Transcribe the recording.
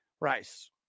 Rice